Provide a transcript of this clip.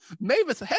Mavis